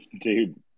dude